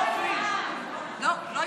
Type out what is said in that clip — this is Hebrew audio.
לא הבנתי, הוא לא שר?